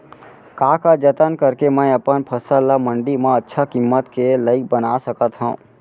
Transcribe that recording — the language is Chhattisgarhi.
का का जतन करके मैं अपन फसल ला मण्डी मा अच्छा किम्मत के लाइक बना सकत हव?